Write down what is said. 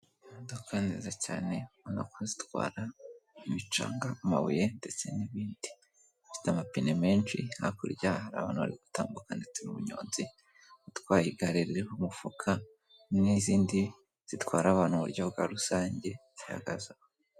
Imodoka nziza cyane no kuzitwara ibicanga, amabuye ndetse n'ibindi. Ifite amapine menshi hakurya haraba bari gutambuka ndetse n'ubunyonzi utwaye igare ririho umufuka n'izindi zitwara abantu mu buryo bwa rusange zihagazw aho.